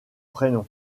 prénom